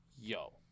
Yo